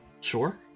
Sure